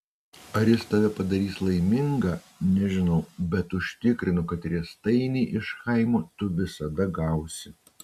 ar jis tave padarys laimingą nežinau bet užtikrinu kad riestainį iš chaimo tu visada gausi